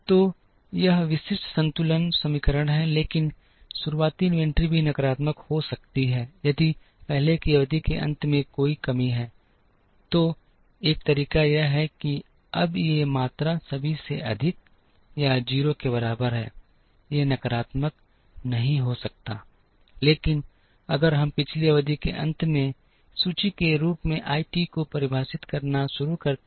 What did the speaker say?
तो यह विशिष्ट संतुलन समीकरण है लेकिन शुरुआती इन्वेंट्री भी नकारात्मक हो सकती है यदि पहले की अवधि के अंत में कोई कमी है तो एक तरीका यह है कि अब ये मात्रा सभी से अधिक या 0 के बराबर हैं ये नकारात्मक नहीं हो सकता है लेकिन अगर हम पिछली अवधि के अंत में सूची के रूप में I t को परिभाषित करना शुरू करते हैं